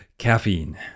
Caffeine